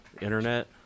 internet